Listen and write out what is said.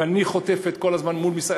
ואני חוטף כל הזמן מול משרד,